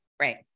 Right